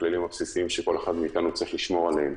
הכללים הבסיסיים שכל אחד מאתנו צריך לשמור עליהם